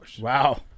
Wow